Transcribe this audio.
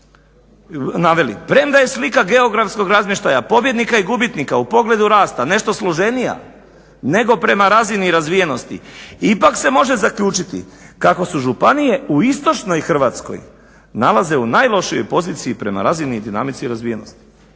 naveli, premda je slika geografskog razmještaja pobjednika i gubitnika u pogledu rasta nešto složenija nego prema razini razvijenosti ipak se može zaključiti kako se županije u istočnoj Hrvatskoj nalaze u najlošijoj poziciji prema razini i dinamici razvijenosti.